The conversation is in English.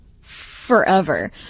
forever